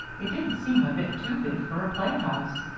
it didn't seem a bit too big for a playhouse.